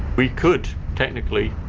we could, technically,